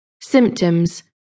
Symptoms